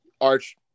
Arch